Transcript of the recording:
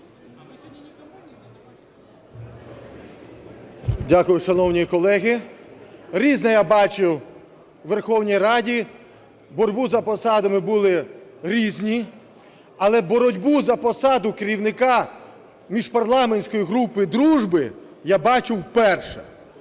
Дякую. Шановні колеги, різне я бачив у Верховній Раді. Боротьба за посади була різна, але боротьбу за посаду керівника міжпарламентської групи дружби я бачу вперше